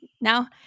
Now